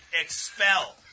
expel